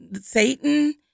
Satan